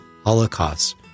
holocaust